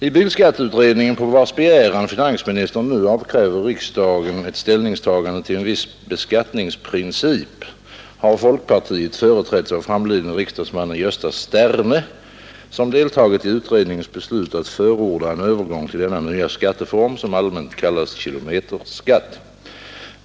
I bilskatteutredningen, på vars begäran finansministern nu avkräver riksdagen ett ställningstagande till en viss beskattningsprincip, har folkpartiet företrätts av framlidne riksdagsmannen Gösta Sterne, som deltagit i utredningens beslut att förorda en övergång till denna nya skatteform som allmänt kallas kilometerskatt.